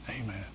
Amen